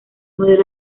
modelo